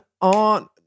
on